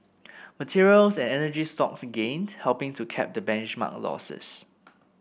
materials and energy stocks gained helping to cap the benchmark's losses